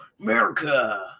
America